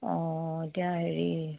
অঁ এতিয়া হেৰি